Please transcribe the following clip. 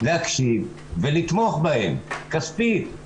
להקשיב ולתמוך בו, כספית,